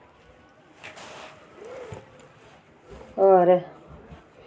और